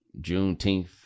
Juneteenth